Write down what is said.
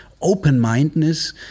open-mindedness